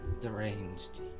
deranged